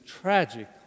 tragic